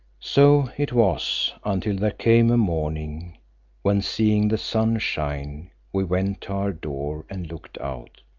so it was, until there came a morning when seeing the sun shine, we went to our door and looked out.